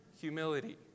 humility